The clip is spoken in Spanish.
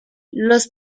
los